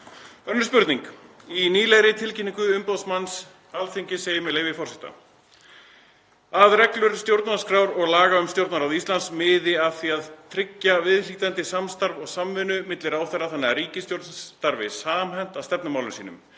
Önnur spurning: Í nýlegri tilkynningu umboðsmanns Alþingis segir að reglur stjórnarskrár og laga um Stjórnarráð Íslands miði að því að tryggja viðhlítandi samstarf og samvinnu milli ráðherra þannig að ríkisstjórnin starfi samhent að stefnumálum sínum.